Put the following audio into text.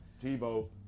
TiVo